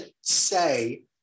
say